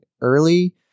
early